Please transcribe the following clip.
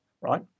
right